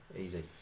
Easy